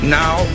now